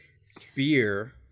Spear